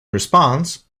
response